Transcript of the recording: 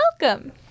welcome